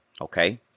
Okay